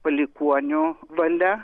palikuonio valia